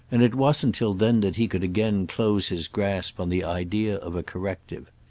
and it wasn't till then that he could again close his grasp on the idea of a corrective.